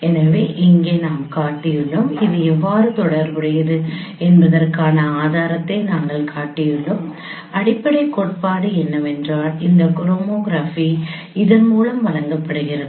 எனவே இங்கே நாம் காட்டியுள்ளோம் இது எவ்வாறு தொடர்புடையது என்பதற்கான ஆதாரத்தை நாங்கள் காட்டியுள்ளோம் அடிப்படை கோட்பாடு என்னவென்றால் இந்த ஹோமோகிராபி இதன் மூலம் வழங்கப்படுகிறது